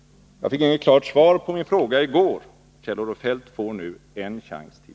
Jag fick inget klart svar på min fråga i går. Kjell-Olof Feldt får nu en chans till.